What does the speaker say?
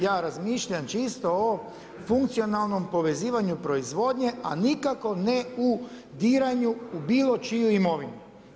Ja razmišljam čisto o funkcionalnom povezivanju proizvodnje, a nikako ne u diranju u bilo čiju imovinu.